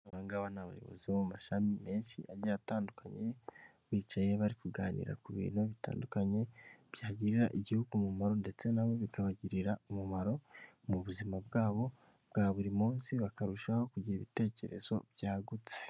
Aba ngaba ni abayobozi bo mu mashami menshi agiye atandukanye, bicaye bari kuganira ku bintu bitandukanye, byagirira igihugu umumaro ndetse na bo bikabagirira umumaro mu buzima bwabo bwa buri munsi, bakarushaho kugira ibitekerezo byagutse.